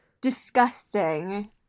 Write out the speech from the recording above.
Disgusting